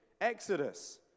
exodus